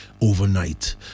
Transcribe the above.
overnight